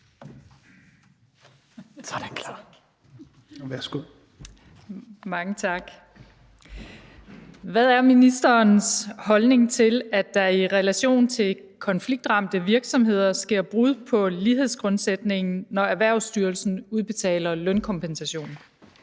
Troels Lund Poulsen (V)): Hvad er ministerens holdning til, at der i relation til konfliktramte virksomheder sker brud på lighedsgrundsætningen, når Erhvervsstyrelsen udbetaler lønkompensation?